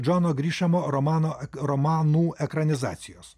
džono grišemo romano romanų ekranizacijos